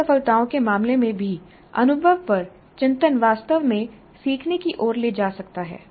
असफलताओं के मामले में भी अनुभव पर चिंतन वास्तव में सीखने की ओर ले जा सकता है